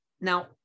now